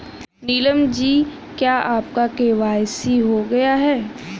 नीलम जी क्या आपका के.वाई.सी हो गया है?